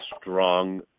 strong